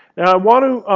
now, i want to